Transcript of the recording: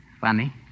Funny